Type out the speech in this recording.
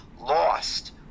lost